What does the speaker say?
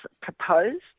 proposed